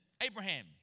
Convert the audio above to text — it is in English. Abraham